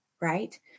Right